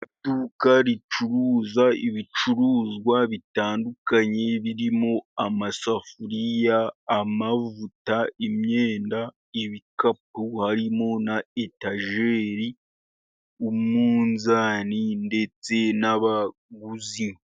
Iduka ricuruza ibicuruzwa bitandukanye birimo amasafuriya, amavuta, imyenda, ibikapu. Harimo na etajeri, umunzani ndetse n'abaguzi.